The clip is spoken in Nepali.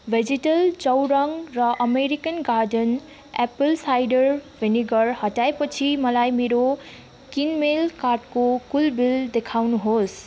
भेजिटल जैव रङ र American garden apple cider vinegar हटाएपछि मलाई मेरो किनमेल कार्टको कुल बिल देखाउनुहोस्